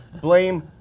blame